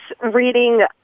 reading